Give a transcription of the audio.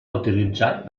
utilitzat